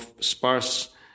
sparse